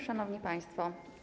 Szanowni Państwo!